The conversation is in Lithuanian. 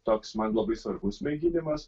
toks man labai svarbus mėginimas